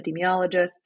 epidemiologists